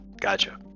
gotcha